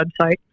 website